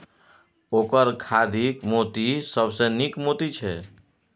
ओकर खाधिक मोती सबसँ नीक मोती छै